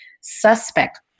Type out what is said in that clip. suspect